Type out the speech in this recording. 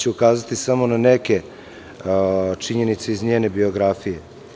Ukazaću samo naneke činjenice iz njene biografije.